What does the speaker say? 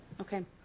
okay